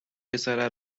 پسره